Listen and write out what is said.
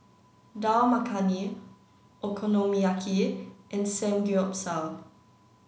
Dal Makhani Okonomiyaki and Samgeyopsal